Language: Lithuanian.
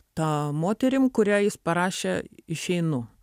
ta moterim kuriai jis parašė išeinu